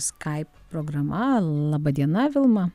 skype programa laba diena vilma